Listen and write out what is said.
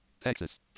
Texas